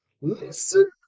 Listen